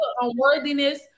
unworthiness